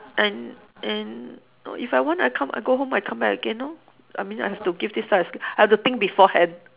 and and no if I want I come I go home I come back again lor I mean I have to give this I have to think beforehand